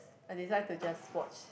I decide to just watch